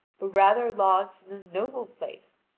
but rather lodged in a noble place,